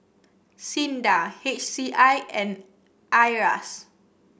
SINDA H C I and Iras